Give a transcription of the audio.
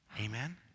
Amen